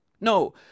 No